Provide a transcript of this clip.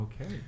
Okay